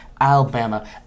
alabama